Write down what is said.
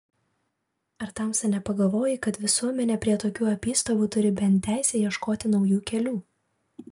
ar tamsta nepagalvoji kad visuomenė prie tokių apystovų turi bent teisę ieškoti naujų kelių